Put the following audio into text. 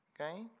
okay